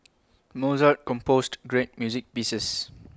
Mozart composed great music pieces